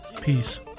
Peace